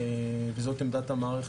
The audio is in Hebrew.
וזו עמדת המערכת,